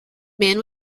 man